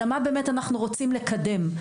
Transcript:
אלא של מה אנחנו רוצים לקדם.